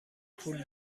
پول